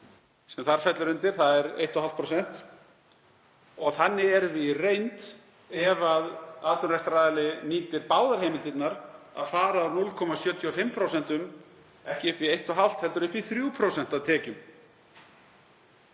sem þar fellur undir, þ.e. 1,5%, og þannig erum við í reynd, ef atvinnurekstraraðili nýtir báðar heimildirnar, að fara úr 0,75% og ekki upp í 1,5% heldur upp í 3% af tekjum.